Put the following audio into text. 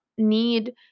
need